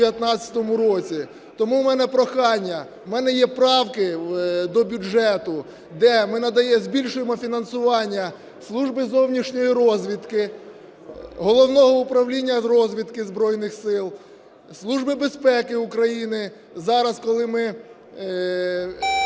Тому у мене прохання. У мене є правки до бюджету, де ми збільшуємо фінансування Служби зовнішньої розвідки, Головного управління розвідки Збройних Сил, Служби безпеки України зараз, коли ми